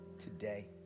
today